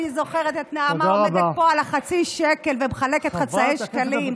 אני זוכרת את נעמה עומדת פה על החצי שקל ומחלקת חצאי שקלים,